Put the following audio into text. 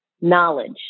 knowledge